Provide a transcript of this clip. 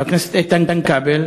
חבר הכנסת איתן כבל,